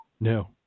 No